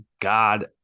God